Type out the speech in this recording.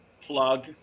plug